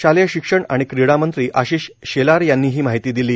शालेय शिक्षण आणि क्रीडा मंत्री आशिष शेलार यांनी ही माहिती दिली